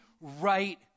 right